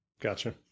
Gotcha